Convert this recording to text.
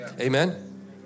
amen